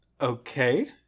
Okay